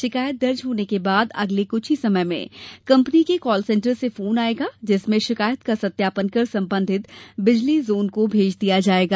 शिकायत दर्ज होने के बाद अगले कुछ ही समय में कम्पनी के काल सेन्टर से फोन आयेगा जिसमें शिकायत का सत्यापन कर सम्बन्धित बिजली झोन को भेज दिया जायेगा